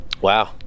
Wow